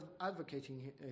advocating